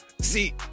See